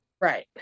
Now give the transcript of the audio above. Right